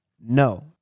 no